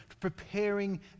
preparing